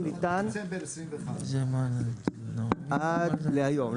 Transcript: עד דצמבר 21'. עד להיום,